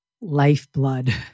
lifeblood